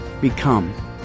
become